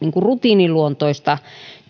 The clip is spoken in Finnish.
rutiiniluontoista